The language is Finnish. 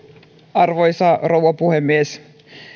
arvoisa rouva puhemies